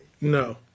No